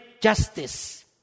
justice